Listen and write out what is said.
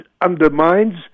undermines